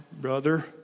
brother